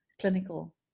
clinical